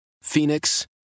Phoenix